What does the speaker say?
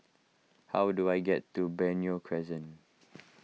how do I get to Benoi Crescent